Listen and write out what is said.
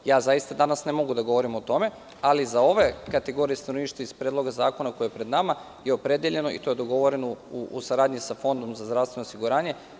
Ja ne mogu da govorim o tome danas, ali za ove kategorije stanovništva iz Predloga zakona koji je pred nama to je opredeljeno i to je dogovoreno u saradnji sa Fondom za zdravstveno osiguranje.